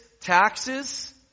taxes